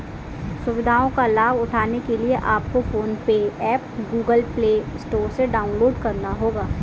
सुविधाओं का लाभ उठाने के लिए आपको PhonePe app Google Play Store से डाउनलोड करना होगा